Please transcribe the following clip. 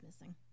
missing